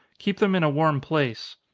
keep them in a warm place.